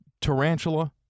tarantula